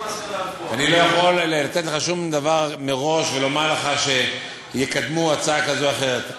אני לא יכול לתת לך שום דבר מראש ולומר לך שיקדמו הצעה כזאת או אחרת.